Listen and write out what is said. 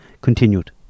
Continued